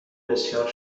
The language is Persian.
بسیار